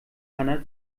hanna